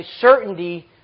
certainty